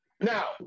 Now